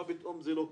מה פתאום זה לא קורה?